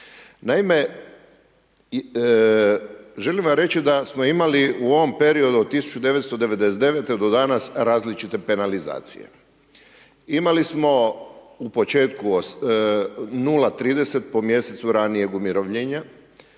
Naime, želim vam reći da smo imali u ovom periodu od 1999. do danas različite penalizacije. Imali smo u početku 0,30 po mjesecu ranijeg umirovljenja,